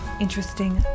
interesting